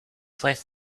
placed